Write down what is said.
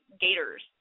gators